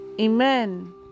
Amen